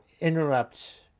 interrupt